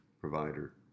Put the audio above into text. provider